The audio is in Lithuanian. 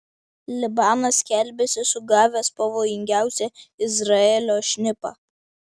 libanas skelbiasi sugavęs pavojingiausią izraelio šnipą